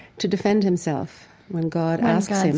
to defend himself when god asks him,